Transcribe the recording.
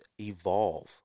evolve